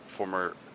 former